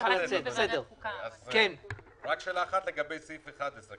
רק שאלה אחת לגבי סעיף 11,